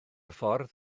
ffordd